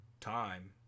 time